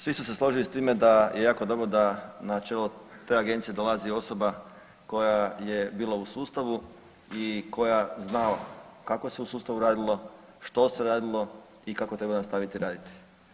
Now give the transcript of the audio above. Svi su se složili s time da je jako dobro da na čelo te agencije dolazi osoba koja je bila u sustavu i koja zna kako se u sustavu radilo, što se radilo i kako treba nastaviti raditi.